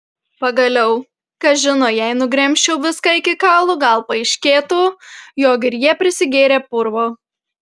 pagaliau kas žino jei nugremžčiau viską iki kaulų gal paaiškėtų jog ir jie prisigėrę purvo